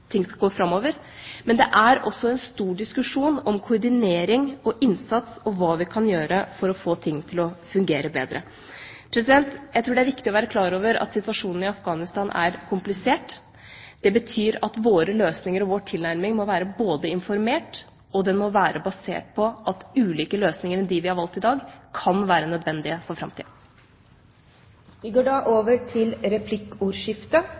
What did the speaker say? ting skal gå framover, men det er også en stor diskusjon om koordinering og innsats og hva vi kan gjøre for å få ting til å fungere bedre. Jeg tror det er viktig å være klar over at situasjonen i Afghanistan er komplisert. Det betyr at våre løsninger og vår tilnærming må være både informert og basert på at andre løsninger enn dem vi har valgt i dag, kan være nødvendige for framtida. Det blir replikkordskifte.